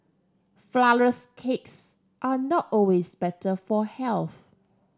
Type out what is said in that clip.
flourless cakes are not always better for health